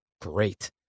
great